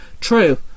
True